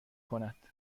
کند